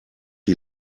die